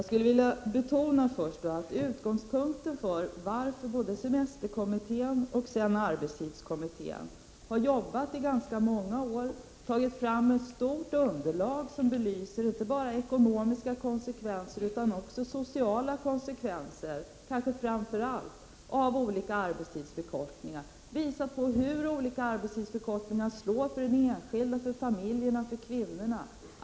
Fru talman! Semesterkommittén och arbetstidskommittén har arbetat under ganska många år. De har tagit fram ett stort underlag, som inte bara belyser ekonomiska konsekvenser utan också sociala konsekvenser, kanske framför allt av olika arbetstidsförkortningar, och visat hur olika arbetstidsförkortningar slår för den enskilde, för familjerna och för kvinnorna.